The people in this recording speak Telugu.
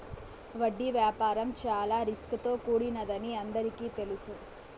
వడ్డీ వ్యాపారం చాలా రిస్క్ తో కూడినదని అందరికీ తెలుసు